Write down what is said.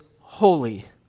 holy